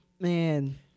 Man